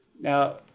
Now